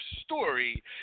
story